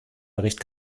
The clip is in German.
bericht